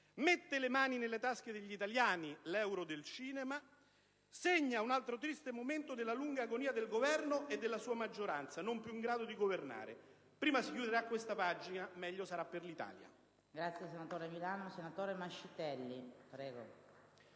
mette le mani nelle tasche degli italiani (l'euro sul cinema), segna un altro triste momento della lunga agonia della maggioranza e del Governo, non più in grado di governare. Prima si chiuderà questa pagina, meglio sarà per l'Italia.